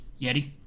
Yeti